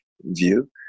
view